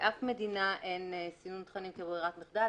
באף מדינה אין סינון תכנים כברירת מחדל,